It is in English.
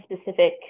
specific